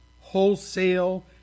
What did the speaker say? Wholesale